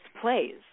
plays